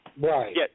Right